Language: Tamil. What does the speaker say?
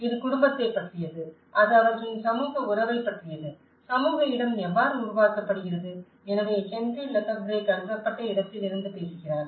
இது குடும்பத்தைப் பற்றியது அது அவர்களின் சமூக உறவைப் பற்றியது சமூக இடம் எவ்வாறு உருவாக்கப்படுகிறது எனவே ஹென்றி லெஃபெப்ரே கருதப்பட்ட இடத்திலிருந்து பேசுகிறார்